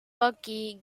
buckeye